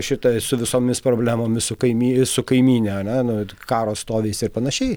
šita su visomis problemomis su kaimyn su kaimyne ane karo stovis ir panašiai